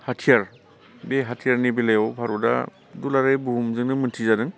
हाथियार बे हाथियारनि बेलायाव भारता दुलाराय बुहुमजोंनो मोन्थिजादों